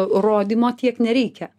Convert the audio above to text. rodymo tiek nereikia